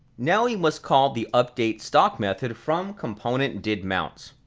now we must call the updatestock method from componentdidmount.